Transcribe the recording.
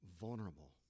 vulnerable